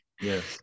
yes